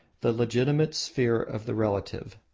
the legitimate sphere of the relative.